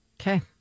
Okay